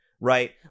right